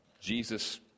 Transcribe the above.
Jesus